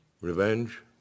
Revenge